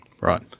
Right